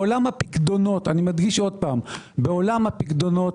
בעולם הפיקדונות